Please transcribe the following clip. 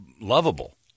lovable